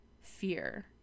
fear